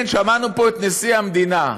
כן, שמענו פה את נשיא המדינה,